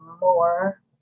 more